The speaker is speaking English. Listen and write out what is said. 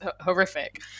horrific